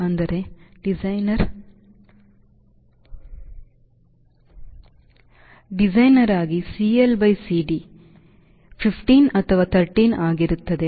ಅದರ ಡಿಸೈನರ್ ಆಗಿ CLCD 15 ಅಥವಾ 13 ಆಗಿರುತ್ತದೆ